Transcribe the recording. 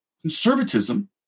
conservatism